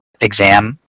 exam